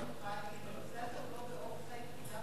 הנושא הזה לא ב"אופסייד" כי דווקא